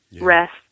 rest